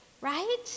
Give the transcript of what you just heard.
right